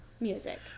music